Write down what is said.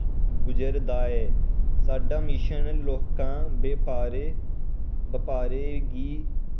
गुजर दा ऐ साढा मिशन लौह्कां बपारे गी